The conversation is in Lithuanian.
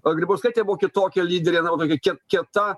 o grybauskaitė buvo kitokia lyderė na va tokia kie kieta